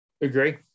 agree